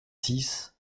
six